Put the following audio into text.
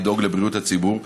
לדאוג לבריאות הציבור.